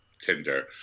Tinder